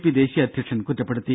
P ദേശീയ അധ്യക്ഷൻ കുറ്റപ്പെടുത്തി